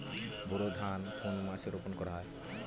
বোরো ধান কোন মাসে রোপণ করা হয়?